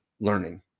learning